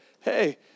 Hey